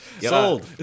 Sold